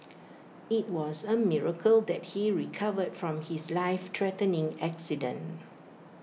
IT was A miracle that he recovered from his lifethreatening accident